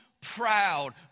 proud